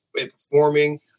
performing